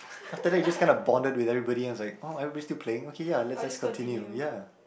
after that you just kinda bonded with everybody and it's like oh everybody's still playing okay ya let's let's continue ya